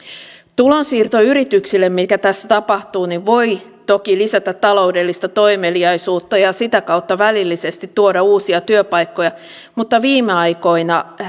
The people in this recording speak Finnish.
tulonsiirto yrityksille mikä tässä tapahtuu voi toki lisätä taloudellista toimeliaisuutta ja sitä kautta välillisesti tuoda uusia työpaikkoja mutta viime aikoina